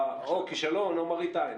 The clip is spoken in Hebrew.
כישלון או מראית עין.